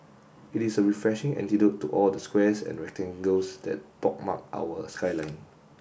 it is a refreshing antidote to all the squares and rectangles that pockmark our skyline